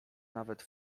nawet